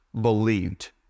believed